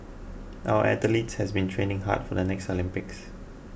our athletes have been training hard for the next Olympics